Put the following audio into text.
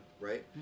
right